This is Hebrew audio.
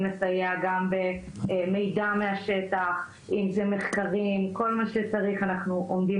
לסייע גם במידע מהשטח - אם זה מחקרים כל מה שצריך - אנחנו עומדים